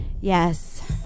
Yes